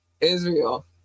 Israel